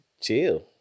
chill